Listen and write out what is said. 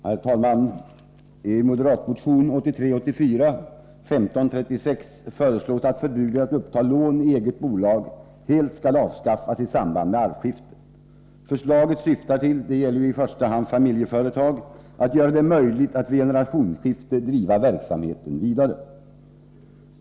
Herr talman! I moderatmotionen 1983/84:1536 föreslås att förbudet att uppta lån i eget bolag helt skall avskaffas i samband med arvsskifte. Förslaget syftar till — det gäller i första hand familjeföretag — att göra det möjligt att vid generationsskifte driva verksamheten vidare.